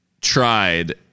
tried